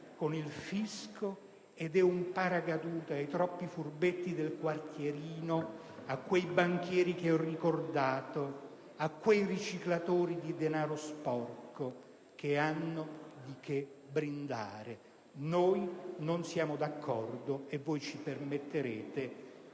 con il fisco. Si tratta di un paracadute per i troppi furbetti del quartierino, per quei banchieri che ho ricordato, per quei riciclatori di denaro sporco che hanno di che brindare. Noi non siamo d'accordo e voi ci permetterete